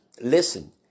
Listen